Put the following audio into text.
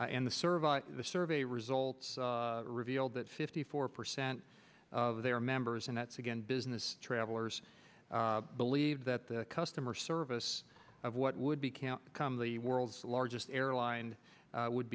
in the survey the survey results revealed that fifty four percent of their members and that's again business travelers believe that the customer service of what would be can't become the world's largest airline would